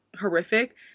horrific